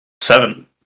Seven